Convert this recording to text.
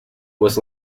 was